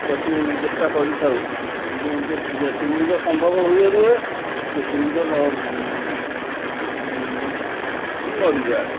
ତାକୁ ଚେଷ୍ଟା କରିଥାଉ କିନ୍ତୁ ଯେତେ ଗୁଡ଼ିକ ସମ୍ଭବ ହୁଏ ରୁହେ କେତେ ଗୁଡ଼ିକ ନ ମରିଯାଏ